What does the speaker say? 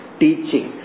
teaching